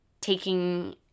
Taking